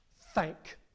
Thank